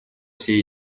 все